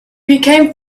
became